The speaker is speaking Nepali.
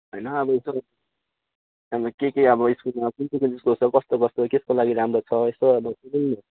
होइन अब यसो त्यहाँनिर के के अब स्कुलमा कुन चाहिँ कुन चाहिँ स्कुल छ कस्तो कस्तो केको लागि राम्रो छ यसो अब बुझौँ न